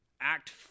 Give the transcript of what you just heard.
Act